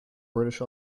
british